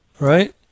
right